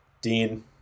Dean